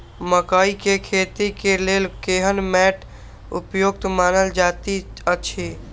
मकैय के खेती के लेल केहन मैट उपयुक्त मानल जाति अछि?